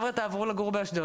תודה.